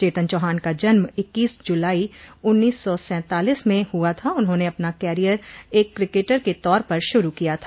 चेतन चौहान का जन्म इक्कीस जुलाई उन्नीस सौ सैतालिस में हुआ था उन्होंने अपना कैरियर एक क्रिकेटर के तौर पर शुरू किया था